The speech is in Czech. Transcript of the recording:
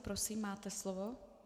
Prosím, máte slovo.